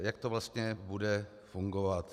Jak to vlastně bude fungovat?